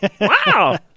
Wow